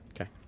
Okay